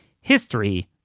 history